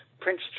Prince